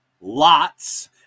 LOTS